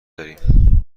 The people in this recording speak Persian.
داریم